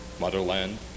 motherland